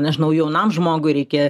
nežinau jaunam žmogui reikia